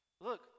Look